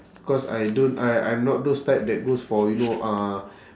cause I don't I I'm not those type that goes for you know uh